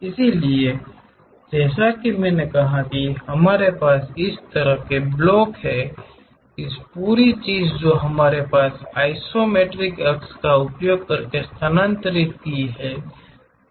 इसलिए जैसा कि मैंने कहा कि हमारे पास इस तरह के ब्लॉक हैं इस पूरी चीज़ को हमारे आइसोमेट्रिक अक्ष का उपयोग करके स्थानांतरित करें